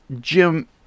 Jim